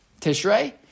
Tishrei